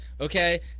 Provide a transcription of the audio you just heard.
okay